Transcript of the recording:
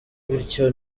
bityo